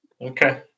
Okay